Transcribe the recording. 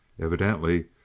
Evidently